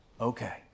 okay